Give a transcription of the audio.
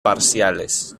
parciales